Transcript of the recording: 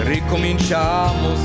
Ricominciamo